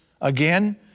Again